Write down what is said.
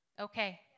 okay